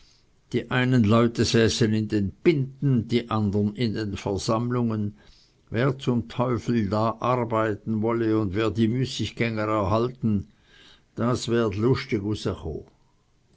die einen leute säßen in den pinten die andern in den versammlungen wer zum teufel da arbeiten solle und wer die müßiggänger erhalten das werd lustig